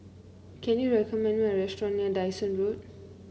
can you recommend a restaurant near Dyson Road